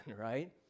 right